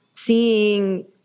Seeing